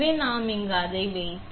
எனவே நாம் இங்கே அதை வைத்து